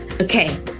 okay